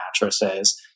mattresses